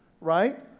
right